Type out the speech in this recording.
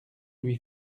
lui